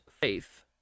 faith